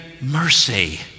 mercy